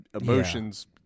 emotions